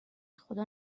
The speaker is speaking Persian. خدا